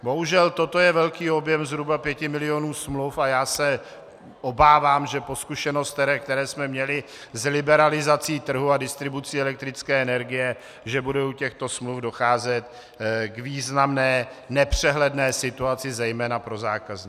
Bohužel, toto je velký objem zhruba 5 milionů smluv a já se obávám, že po zkušenostech, které jsme měli s liberalizací trhu a distribucí elektrické energie, bude u těchto smluv docházet k významně nepřehledné situaci, zejména pro zákazníky.